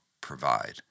provide